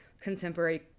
contemporary